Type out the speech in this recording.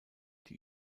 die